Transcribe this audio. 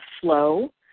Flow